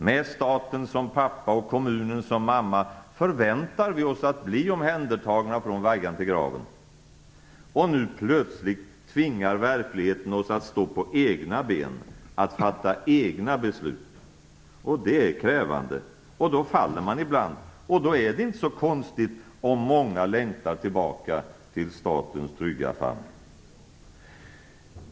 Med staten som pappa och kommunen som mamma förväntar vi oss att bli omhändertagna från vaggan till graven. Och nu plötsligt tvingar verkligheten oss att stå på egna ben, att fatta egna beslut, och det är krävande. Då faller man ibland, och då är det inte så konstigt om många längtar tillbaka till statens trygga famn.